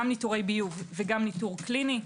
גם ניטורי ביוב וגם ניטור קליני,